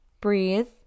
Breathe